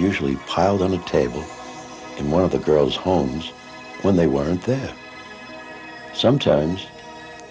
usually piled on a table in one of the girls homes when they weren't there sometimes